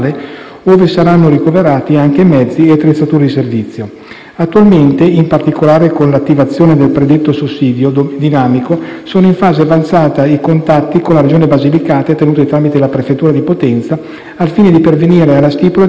Attualmente, in particolare per l'attivazione del predetto presidio dinamico, sono in fase avanzata ì contatti con la Regione Basilicata, tenuti tramite la prefettura di Potenza, al fine di pervenire alla stipula di un'apposita convenzione per concorrere alla copertura dei connessi oneri economici.